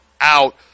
out